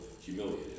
humiliated